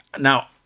Now